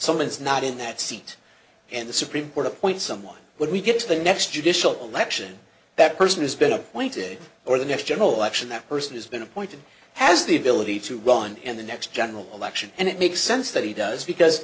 summons not in that seat and the supreme court appoints someone but we get to the next judicial alexion that person has been appointed or the next general election that person has been appointed has the ability to run in the next general election and it makes sense that he does because